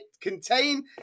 contain